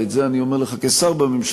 ואת זה אני אומר לך כשר בממשלה,